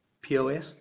POS